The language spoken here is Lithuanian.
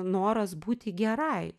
noras būti gerai